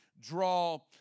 draw